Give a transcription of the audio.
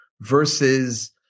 versus